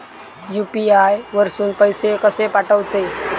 UPI वरसून पैसे कसे पाठवचे?